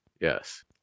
Yes